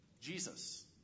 Jesus